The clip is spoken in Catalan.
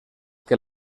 que